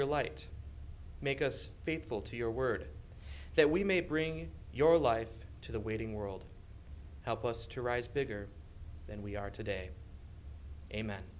your light make us faithful to your word that we may bring you your life to the waiting world help us to rise bigger than we are today amen